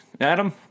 Adam